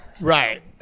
Right